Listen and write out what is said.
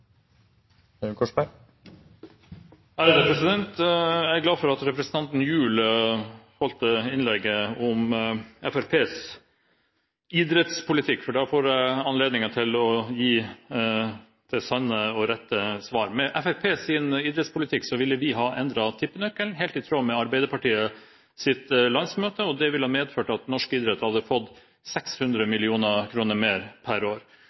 om Fremskrittspartiets idrettspolitikk, for da får jeg anledning til å gi det sanne og rette svar. Med Fremskrittspartiets idrettspolitikk ville vi ha endret tippenøkkelen – helt i tråd med Arbeiderpartiets landsmøte. Det ville ha medført at norsk idrett hadde fått 600 mill. kr mer per år.